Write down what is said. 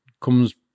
comes